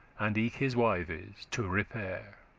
and eke his wives, to repair